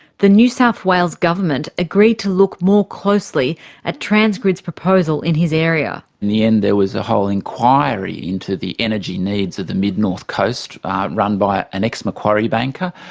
the new south wales government agreed to look more closely at transgrid's proposal in his area. in the end there was a whole inquiry into the energy needs of the mid-north coast run by an ex-macquarie banker,